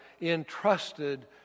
entrusted